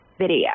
video